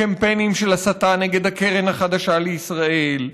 קמפיינים של הסתה נגד הקרן החדשה לישראל,